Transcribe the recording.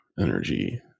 energy